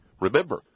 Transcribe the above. Remember